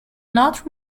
not